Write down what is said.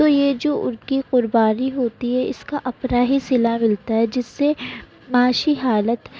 تو یہ جو ان کی قربانی ہوتی ہے اس کا اپنا ہی صلہ ملتا ہے جس سے معاشی حالت